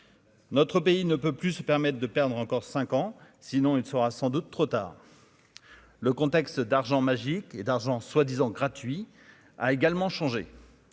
notre pays ne peut plus se permettre de perdre encore 5 ans sinon il sera sans doute trop tard le contexte d'argent magique et d'argent soit disant gratuit a également changé.